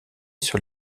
sur